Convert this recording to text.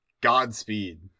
Godspeed